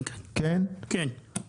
כן, בהחלט.